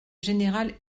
général